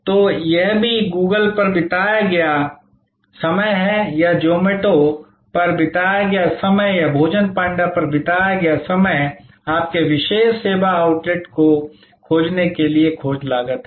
तो यह भी Google पर बिताया गया समय है या Zomato पर बिताया गया समय या भोजन पांडा पर बिताया गया समय आपके विशेष सेवा आउटलेट को खोजने के लिए खोज लागत है